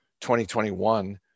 2021